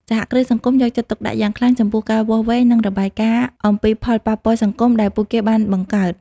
សហគ្រាសសង្គមយកចិត្តទុកដាក់យ៉ាងខ្លាំងចំពោះការវាស់វែង និងរបាយការណ៍អំពីផលប៉ះពាល់សង្គមដែលពួកគេបានបង្កើត។